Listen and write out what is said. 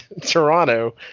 Toronto